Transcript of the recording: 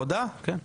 הודעה כן.